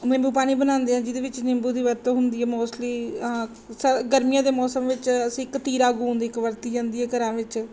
ਨਿੰਬੂ ਪਾਣੀ ਬਣਾਉਂਦੇ ਹਾਂ ਜਿਹਦੇ ਵਿੱਚ ਨਿੰਬੂ ਦੀ ਵਰਤੋਂ ਹੁੰਦੀ ਹੈ ਮੌਸਟਲੀ ਸ ਗਰਮੀਆਂ ਦੇ ਮੌਸਮ ਵਿੱਚ ਅਸੀਂ ਕਤੀਰਾ ਗੂੰਦ ਇੱਕ ਵਰਤੀ ਜਾਂਦੀ ਹੈ ਘਰਾਂ ਵਿੱਚ